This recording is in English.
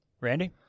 Randy